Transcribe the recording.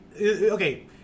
Okay